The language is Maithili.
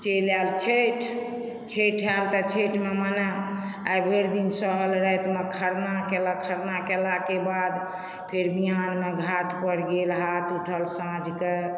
चलि आयल छठि छठि आयल तऽ छठिमे मने आइ भरि दिन सहल रातिमे खरना केलक खरना केलाके बाद फेर बिहानमे घाटपर गेल हाथ उठल साँझकेँ